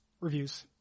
reviews